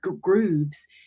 grooves